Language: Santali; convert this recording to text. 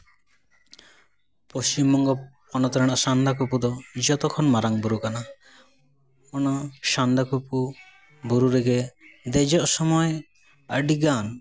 ᱯᱚᱪᱷᱤᱢ ᱵᱚᱝᱜᱚ ᱯᱚᱱᱚᱛ ᱨᱮᱱᱟᱜ ᱥᱟᱱᱫᱟᱠᱟᱯᱷᱩ ᱫᱚ ᱡᱚᱛᱚ ᱠᱷᱚᱱ ᱢᱟᱨᱟᱝ ᱵᱩᱨᱩ ᱠᱟᱱᱟ ᱚᱱᱟ ᱥᱟᱱᱫᱟᱠᱚᱯᱷᱩ ᱵᱩᱨᱩ ᱨᱮᱜᱮ ᱫᱮᱡᱚᱜ ᱥᱚᱢᱚᱭ ᱟᱹᱰᱤᱜᱟᱱ